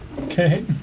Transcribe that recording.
Okay